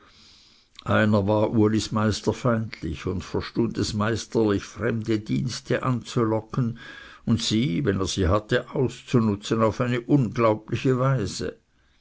einer war ulis meister feindlich und verstund es meisterlich fremde dienste anzulocken und sie wenn er sie hatte auszunutzen auf eine unglaubliche weise